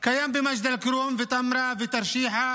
זה קיים במג'ד אל-כרום, טמרה, תרשיחא